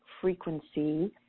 frequency